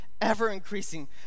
ever-increasing